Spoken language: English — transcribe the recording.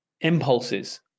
impulses